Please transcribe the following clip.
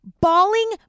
bawling